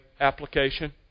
application